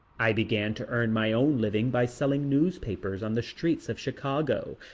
i began to earn my own living by selling newspapers on the streets of chicago,